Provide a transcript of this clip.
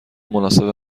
مناسب